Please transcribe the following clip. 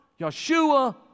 Yeshua